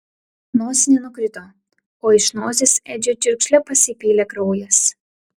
nosinė nukrito o iš nosies edžiui čiurkšle pasipylė kraujas